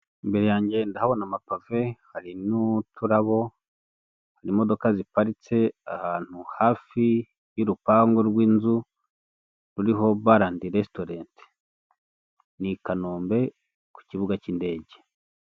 Imbere yanjye ndabona amapave hari n'uturabo hari imodoka ziparitse ahantu hafi y'urupangu rw'inzu, ruriho bare andi resitorenti ni i Kanombe ku kibuga cy'indege.